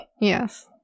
Yes